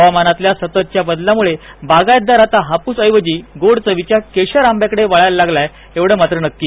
हवामानातल्या सततच्या बदलाम्ळे बागायतदार आता हापूस ऐवजी गोड चवीच्या केशर आंब्याकडे वळायला लागला एवढं माज नक्की